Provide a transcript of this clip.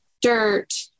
dirt